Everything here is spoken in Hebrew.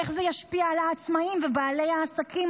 איך זה ישפיע על העצמאים ובעלי העסקים,